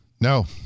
no